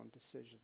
decision